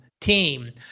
team